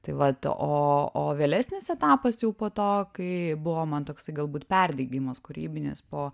tai vat o o vėlesnis etapas jau po to kai buvo man toksai galbūt perdegimas kūrybinis po